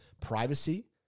privacy